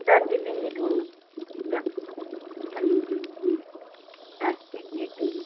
চার দিনই ধরুন যাবো হুম হুম হুম হ্যাঁ